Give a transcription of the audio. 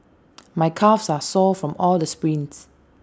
my calves are sore from all the sprints